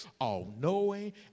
all-knowing